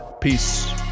peace